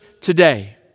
today